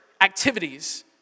activities